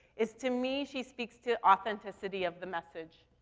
is to me she speaks to authenticity of the message.